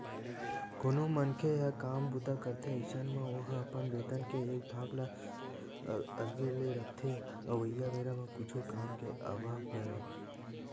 कोनो मनखे ह काम बूता करथे अइसन म ओहा अपन बेतन के एक भाग ल अलगे ले रखथे अवइया बेरा म कुछु काम के आवब बर